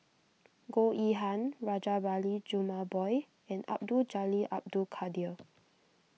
Goh Yihan Rajabali Jumabhoy and Abdul Jalil Abdul Kadir